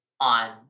on